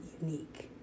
unique